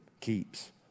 keeps